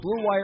BlueWire